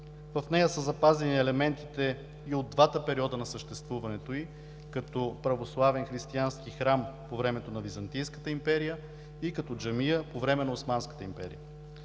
В нея са запазени елементите и от двата периода на съществуването ѝ – като православен християнски храм по времето на Византийската империя и като джамия по време на Османската империя.